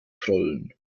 prollen